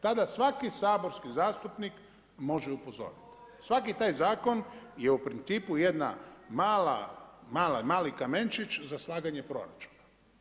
Tad svaki saborski zastupnik može upozoriti, svaki taj zakon je u principu jedan mali kamenčić za slaganje proračuna.